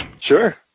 Sure